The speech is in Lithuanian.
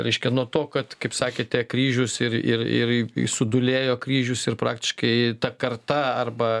reiškia nuo to kad kaip sakėte kryžius ir ir ir sudūlėjo kryžius ir praktiškai ta karta arba